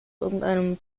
irgendeinem